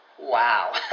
wow